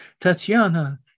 Tatiana